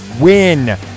win